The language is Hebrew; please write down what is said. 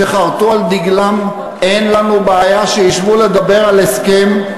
שחרתו על דגלם: אין לנו בעיה, שישבו לדבר על הסכם,